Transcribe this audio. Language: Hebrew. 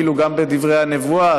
אפילו בדברי הנבואה,